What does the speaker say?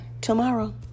tomorrow